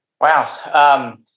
Wow